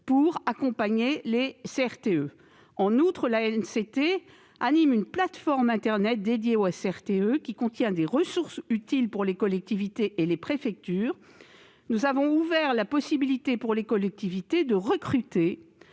d'euros disponibles. En outre, elle anime une plateforme internet dédiée au CRTE, sur laquelle figurent des ressources utiles pour les collectivités et les préfectures. Nous avons ouvert la possibilité pour les collectivités de recruter